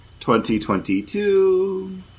2022